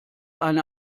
eine